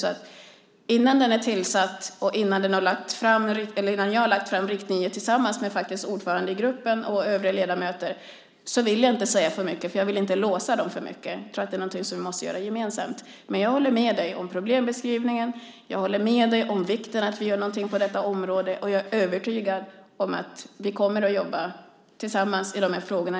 Innan delegationen är tillsatt, och innan jag har lagt fram riktlinjer med ordföranden och övriga ledamöter i gruppen, vill jag inte säga för mycket, för jag vill inte låsa dem för mycket. Jag tror att detta är något som vi måste göra gemensamt. Men jag håller med dig om problembeskrivningen. Jag håller med dig om vikten av att vi gör något på detta område. Jag är övertygad om att vi kommer att jobba tillsammans i de här frågorna.